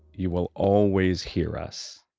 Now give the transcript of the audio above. you will always hear us